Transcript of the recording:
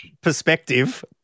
perspective